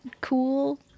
cool